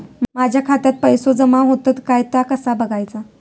माझ्या खात्यात पैसो जमा होतत काय ता कसा बगायचा?